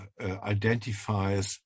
identifies